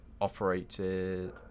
operated